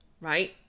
right